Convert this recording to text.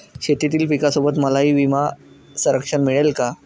शेतीतील पिकासोबत मलाही विमा संरक्षण मिळेल का?